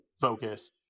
focus